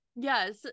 Yes